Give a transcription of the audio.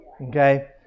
okay